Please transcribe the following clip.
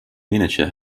miniature